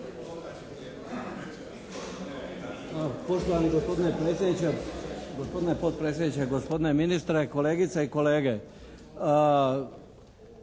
to da se niti jednom